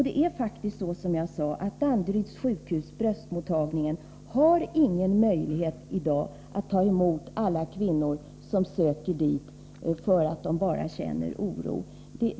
Det är faktiskt så, som jag sade, att Danderyds sjukhus bröstmottagning i dag inte har någon möjlighet att ta emot alla kvinnor som söker dit för att de bara känner oro.